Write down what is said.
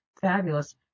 fabulous